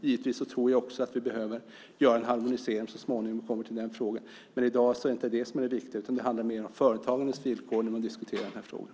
Jag tror givetvis också att vi behöver göra en harmonisering så småningom, men det är inte det viktiga i dag, utan det handlar mer om företagandets villkor när man diskuterar den här frågan.